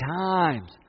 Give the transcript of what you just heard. times